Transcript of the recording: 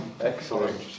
Excellent